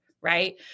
right